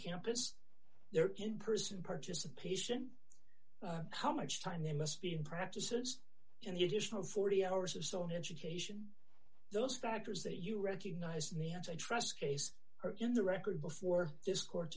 campus there in person participation how much time they must be in practices and the additional forty hours or so in education those factors that you recognized in the antitrust case are in the record before this co